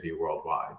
worldwide